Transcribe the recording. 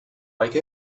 like